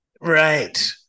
Right